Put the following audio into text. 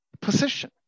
position